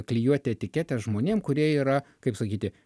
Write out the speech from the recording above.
klijuoti etiketes žmonėm kurie yra kaip sakyti